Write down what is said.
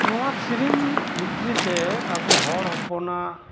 ᱱᱚᱣᱟ ᱥᱤᱨᱤᱧ ᱵᱷᱤᱛᱨᱤ ᱛᱮ ᱟᱵᱚ ᱦᱚᱲ ᱦᱚᱯᱚᱱᱟᱜ